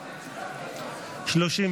הפחתת תקציב לא נתקבלו.